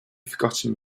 forgotten